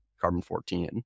carbon-14